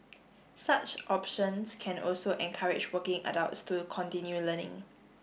such options can also encourage working adults to continue learning